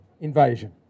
invasion